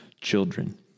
children